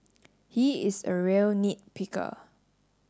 he is a real nit picker